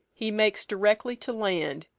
he makes directly to land,